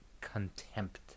contempt